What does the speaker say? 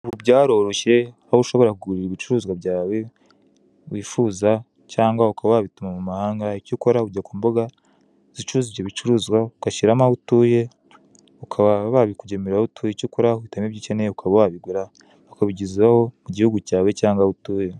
Ubu byarooroshye aho ushobora kugura ibicuruzwa byawe wifuza cyangwa ukaba wabituma mu mahanga, icyo ukora ujya ku mbuga zicuruzwa ibyo bicuruzwa ugashyiramo aho utuye, bakaba babikugemurura aho utuye, icyo ukora uhitamo ibyo ukeneye bakabikugezaho ku gihugu cyawe cyangwa aho utuye.